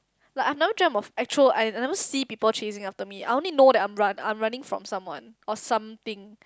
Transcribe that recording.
like I've never dreamt of actual I never see people chasing after me I only know that I'm run I'm running from someone or something